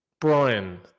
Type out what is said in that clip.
Brian